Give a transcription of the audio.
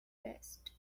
best